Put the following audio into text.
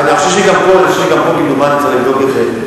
אבל אני חושב שגם פה, כמדומני, צריך לבדוק את זה.